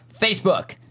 Facebook